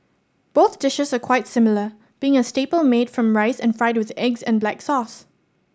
both dishes are quite similar being a staple made from rice and fried with eggs and black sauce